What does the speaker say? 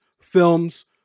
films